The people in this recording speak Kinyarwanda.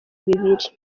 bibiri